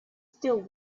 still